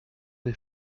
les